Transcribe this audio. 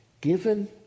given